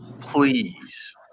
Please